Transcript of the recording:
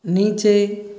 नीचे